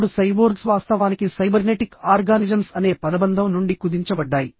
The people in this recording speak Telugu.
ఇప్పుడు సైబోర్గ్స్ వాస్తవానికి సైబర్నెటిక్ ఆర్గానిజమ్స్ అనే పదబంధం నుండి కుదించబడ్డాయి